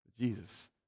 Jesus